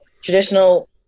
traditional